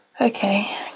Okay